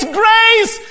grace